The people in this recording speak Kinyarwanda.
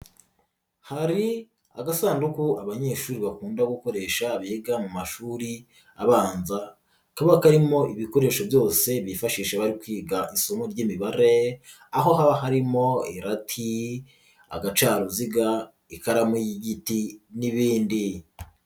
Hari agasanduku abanyeshuri bakunda gukoresha biga mu mashuri abanza, tuba karimo ibikoresho byose bifashisha bari kwiga isomo ry'imibare, aho haba harimo irati, agacaruziga, ikaramu y'igiti n'ibindi.